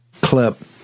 Clip